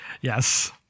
Yes